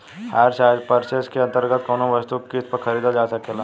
hire purchase के अंतर्गत कौनो वस्तु के किस्त पर खरीदल जा सकेला